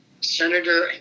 Senator